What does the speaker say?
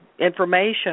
information